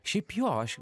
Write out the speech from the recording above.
šiaip jo aš